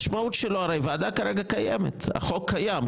הרי הוועדה כרגע קיימת, החוק קיים.